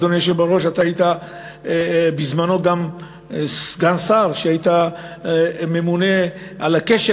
ואתה היית בזמנך גם סגן שר שהיה ממונה על הקשר